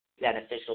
beneficial